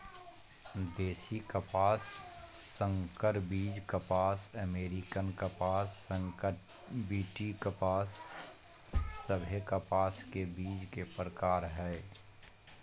देशी कपास, संकर बीज कपास, अमेरिकन कपास, संकर बी.टी कपास सभे कपास के बीज के प्रकार हय